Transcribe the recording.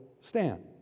stand